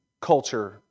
culture